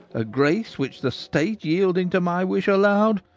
a grace which the state, yielding to my wish, allowed?